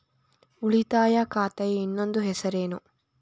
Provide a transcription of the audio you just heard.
ಉಳಿತಾಯ ಖಾತೆಯ ಇನ್ನೊಂದು ಹೆಸರೇನು?